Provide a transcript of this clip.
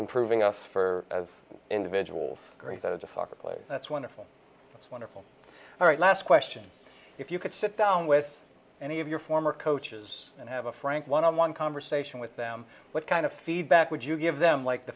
improving us for individuals that are just soccer players that's wonderful that's wonderful all right last question if you could sit down with any of your former coaches and have a frank one on one conversation with them what kind of feedback would you give them like the